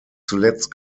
zuletzt